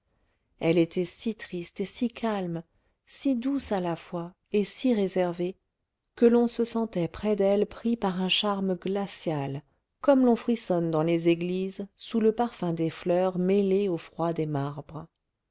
elle était si triste et si calme si douce à la fois et si réservée que l'on se sentait près d'elle pris par un charme glacial comme l'on frissonne dans les églises sous le parfum des fleurs mêlé au froid des marbres